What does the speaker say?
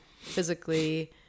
physically